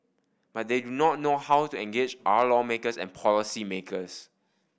but they do not know how to engage our lawmakers and policymakers